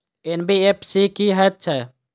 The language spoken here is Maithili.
एन.बी.एफ.सी की हएत छै?